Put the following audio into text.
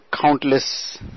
countless